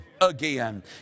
Again